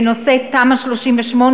בנושא תמ"א 38,